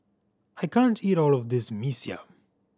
I can't eat all of this Mee Siam